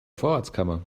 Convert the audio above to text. vorratskammer